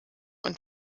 und